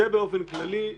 זה באופן כללי.